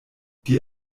die